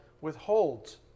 withholds